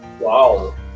wow